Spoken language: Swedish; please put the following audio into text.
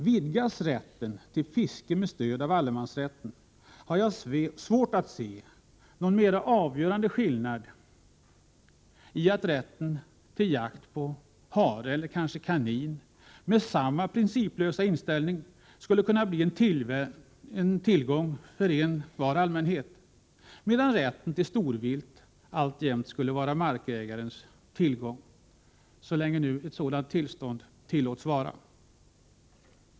Vidgas rätten till fiske med stöd av allemans rätten har jag svårt att se någon mera avgörande skillnad i att rätten till jakt på hare eller kanske kanin med samma principlösa inställning skulle kunna bli en tillgång för allmänheten, medan rätten till storviltjakt alltjämt skulle vara markägarens tillgång, så långt nu ett sådant tillstånd tillåts finnas.